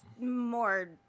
more